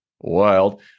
wild